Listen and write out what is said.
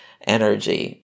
energy